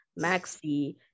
maxi